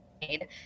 made